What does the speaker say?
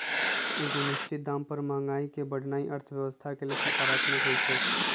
एगो निश्चित दाम पर महंगाई के बढ़ेनाइ अर्थव्यवस्था के लेल सकारात्मक होइ छइ